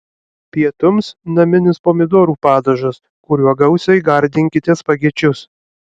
pietums naminis pomidorų padažas kuriuo gausiai gardinkite spagečius